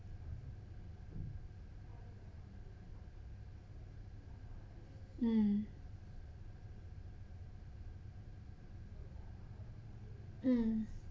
mm mm